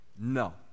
No